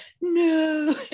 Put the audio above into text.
no